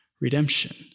redemption